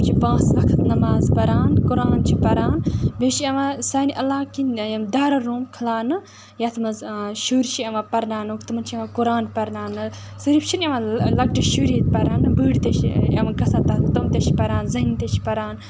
تِم چھِ پانٛژھ وقت نٮ۪ماز پَران قُران چھِ پَران بیٚیہِ چھِ یِوان سانہِ علاقہٕ کِنۍ یِم دارُالعلوٗم کھُلاونہٕ یَتھ منٛز شُرۍ چھِ یِوان پَرناونُک تِمَن چھِ یِوان قُران پَرناونہٕ صرف چھِنہٕ یِوان لَکٹی شُری یٲتۍ پَرناونہٕ بٔڈۍ تہِ چھِ یِوان گژھَن تَتھ تِم تہِ چھِ پَران زَنہِ تہِ چھِ پَران